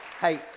Hey